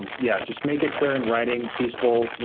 yeah, just make it clear in writing, peaceful.